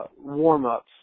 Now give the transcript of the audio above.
warm-ups